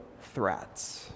threats